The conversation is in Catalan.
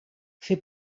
fer